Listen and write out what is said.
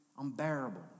unbearable